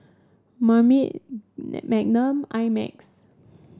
Marmite Magnum I Max